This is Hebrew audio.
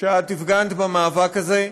שאת הפגנת במאבק הזה.